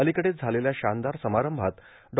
अलिकडेच झालेल्या शानदार समारंभात डॉ